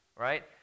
right